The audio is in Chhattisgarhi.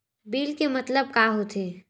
बिल के मतलब का होथे?